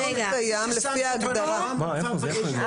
לול קיים לפי ההגדרה של לול קיים.